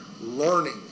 learning